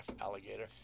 alligator